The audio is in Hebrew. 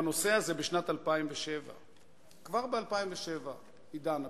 בנושא הזה בשנת 2007. כבר ב-2007 היא דנה בכך,